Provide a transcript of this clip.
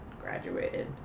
graduated